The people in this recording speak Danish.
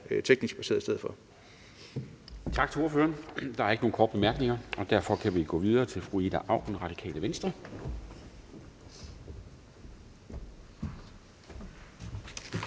(Henrik Dam Kristensen): Tak til ordføreren. Der er ikke nogen korte bemærkninger, og derfor kan vi gå videre til fru Ida Auken, Radikale Venstre.